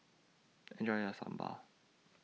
Enjoy your Sambar